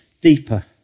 deeper